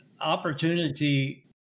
opportunity